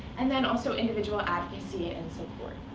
and then also individual advocacy and support.